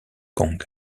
kong